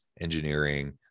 engineering